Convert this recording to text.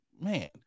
man